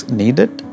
needed